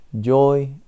joy